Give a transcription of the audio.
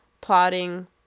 plotting